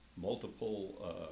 multiple